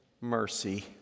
mercy